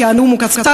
כי הנאום הוא קצר,